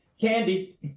Candy